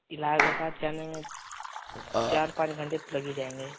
इलाहाबाद जाने में चार पाँच घंटे तो लग ही जाएँगे